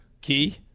Key